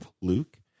luke